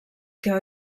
que